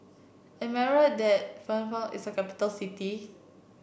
am I right that Phnom Penh is a capital city